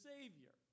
Savior